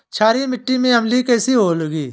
क्षारीय मिट्टी में अलसी कैसे होगी?